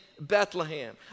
Bethlehem